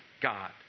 God